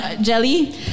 Jelly